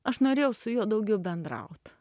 aš norėjau su juo daugiau bendraut